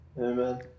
Amen